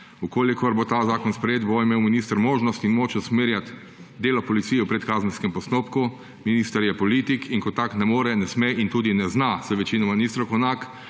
Če bo ta zakon sprejet, bo imel minister možnost in moč usmerjati delo policije v predkazenskem postopku. Minister je politik in kot tak ne more, ne sme in tudi ne zna, saj večinoma ni strokovnjak